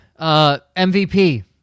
MVP